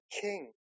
king